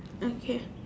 okay